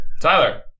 Tyler